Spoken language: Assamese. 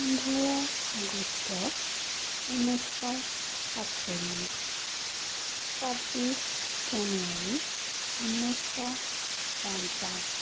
পোন্ধৰ আগষ্ট উনৈছশ সাতচল্লিছ চাব্বিছ জানুৱাৰী উনৈছশ পঞ্চাছ